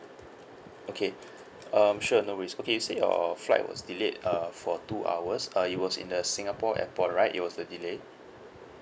okay um sure no worries okay you said your flight was delayed uh for two hours uh it was in the singapore airport right it was the delay